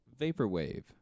Vaporwave